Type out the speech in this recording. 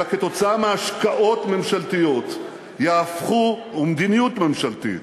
אלא כתוצאה מהשקעות ממשלתיות ומדיניות ממשלתית,